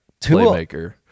playmaker